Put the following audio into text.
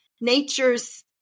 nature's